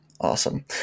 Awesome